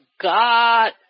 God